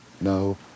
No